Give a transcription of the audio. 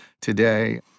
today